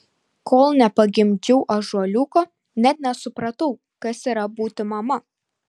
kol nepagimdžiau ąžuoliuko net nesupratau kas yra būti mama